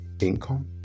income